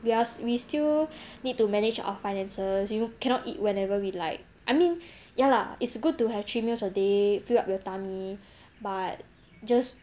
we're we still need to manage our finances you cannot eat whenever we like I mean ya lah it's good to have three meals a day fill up your tummy but just